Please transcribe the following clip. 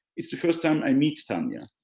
it's the first time i meet tania,